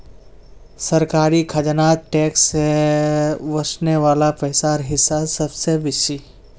सरकारी खजानात टैक्स से वस्ने वला पैसार हिस्सा सबसे बेसि